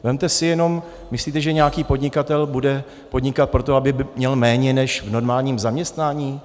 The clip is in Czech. Vezměte si jenom myslíte, že nějaký podnikatel bude podnikat proto, aby měl méně než v normálním zaměstnání?